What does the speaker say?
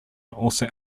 also